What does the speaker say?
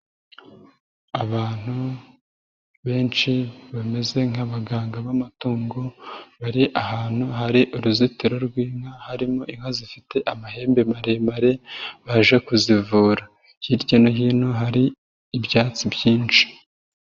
Abantu benshi bameze nk'abaganga b'amatungo, bari ahantu hari uruzitiro rw'inka, harimo inka zifite amahembe maremare baje kuzivura. Hirya no hino hari ibyatsi byinshi.